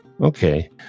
Okay